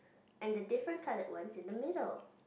and the difference cut up ones in the middle